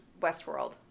Westworld